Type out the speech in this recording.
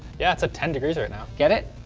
yeah, it's a ten degrees right now. get it,